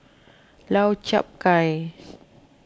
Lau Chiap Khai